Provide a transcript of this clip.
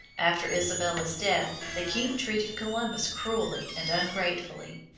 after isabella's death the king treated columbus cruelly and ungratefully.